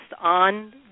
on